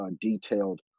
detailed